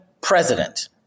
President